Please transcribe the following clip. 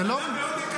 זה לא הולך ברגל.